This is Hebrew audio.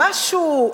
משהו?